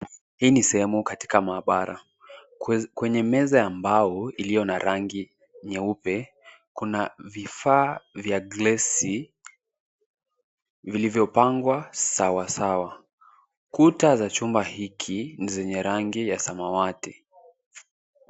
Hii ni sehemu katika maabara. Kwenye meza ya mbao iliyo na rangi nyeupe, kuna vifaa vya glesi vilivyopangwa sawasawa. Kuta za chumba hiki ni zenye rangi ya samawati.